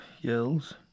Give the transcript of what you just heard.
yells